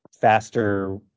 faster